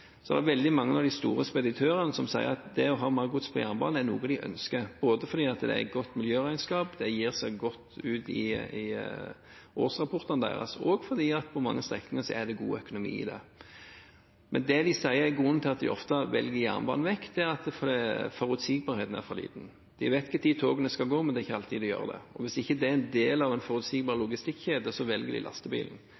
det veldig mange av de store speditørene som sier at det å ha mer gods på jernbanen er noe de ønsker – både fordi det gir et godt miljøregnskap, det gjør seg godt i årsrapportene deres, og fordi det på mange strekninger er god økonomi i det. Men det de sier er grunnen til at de ofte velger jernbanen vekk, er at forutsigbarheten er for liten. De vet når toget skal gå, men det er ikke alltid det gjør det. Og hvis ikke det er en del av en forutsigbar